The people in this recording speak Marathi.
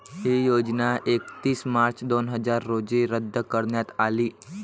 ही योजना एकतीस मार्च दोन हजार रोजी रद्द करण्यात आली